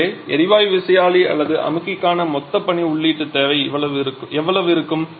எனவே எரிவாயு விசையாழி அல்லது அமுக்கிக்கான மொத்த பணி உள்ளீட்டுத் தேவை எவ்வளவு இருக்கும்